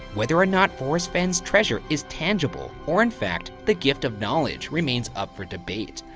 whether or not forrest fenn's treasure is tangible, or, in fact, the gift of knowledge remains up for debate.